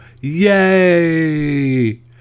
yay